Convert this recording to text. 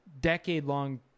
decade-long